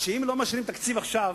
שאם לא מאשרים את התקציב עכשיו,